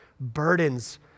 burdens